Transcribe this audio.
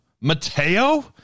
Mateo